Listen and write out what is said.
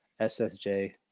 SSJ